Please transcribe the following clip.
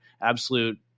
Absolute